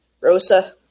Rosa